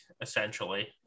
essentially